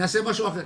נעשה משהו אחר.